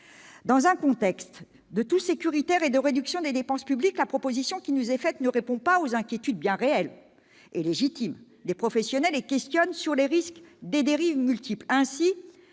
Dans un contexte de tout-sécuritaire et de réduction des dépenses publiques, la proposition qui nous est faite ne répond pas aux inquiétudes bien réelles et légitimes des professionnels, mais comporte de multiples risques de dérives.